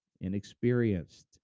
inexperienced